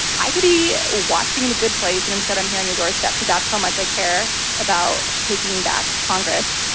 i could be watching the good place and instead i'm here on your doorstep, cause that's how much i care about taking back congress,